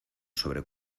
sobre